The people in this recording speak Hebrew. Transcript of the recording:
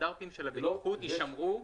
הסטנדרטים של הבטיחות יישמרו.